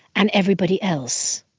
and everybody else.